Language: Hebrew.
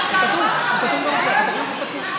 בוא נפטור גם את האוניברסיטאות מארנונה.